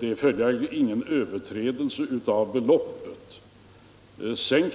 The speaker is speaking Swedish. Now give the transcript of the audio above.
Det är följaktligen inte fråga om någon överträdelse av beloppsgränsen.